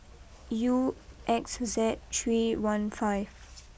U X Z three one five